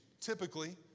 Typically